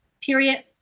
Period